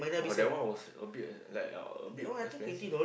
but that one was a bit like a bit of expensive